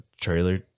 trailer